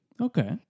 Okay